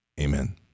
Amen